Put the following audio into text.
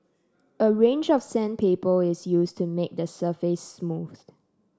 a range of sandpaper is used to make the surface smooth